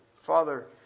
father